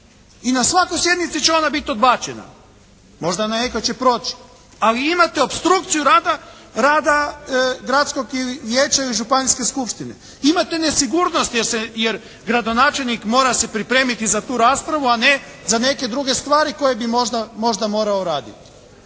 I na svakoj sjednici će ona biti odbačena. Možda na nekoj će proći. Ali imate opstrukciju rada Gradskog ili vijeća ili županijske skupštine. Imate nesigurnost jer se, jer gradonačelnik mora se pripremiti za tu raspravu, a ne za neke druge stvari koje bi možda, možda morao raditi.